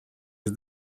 his